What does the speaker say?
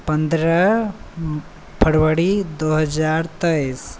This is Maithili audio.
पन्द्रह फरवरी दू हजार तेइस